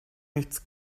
nichts